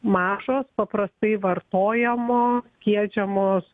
mažos paprastai vartojamos skiedžiamos